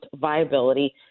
viability